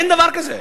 אין דבר כזה.